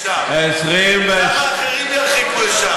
אז למה אחרים ירחיקו לשם?